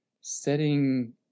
setting